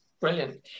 Brilliant